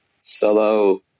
solo